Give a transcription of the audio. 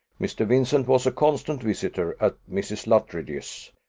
mr. vincent was a constant visitor at mrs. luttridge's,